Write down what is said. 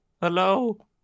hello